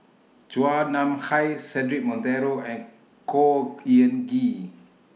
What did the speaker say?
Chua Nam Hai Cedric Monteiro and Khor Ean Ghee